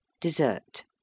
Dessert